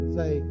say